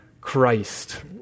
Christ